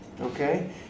Okay